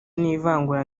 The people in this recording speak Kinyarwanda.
n’ivangura